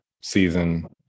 season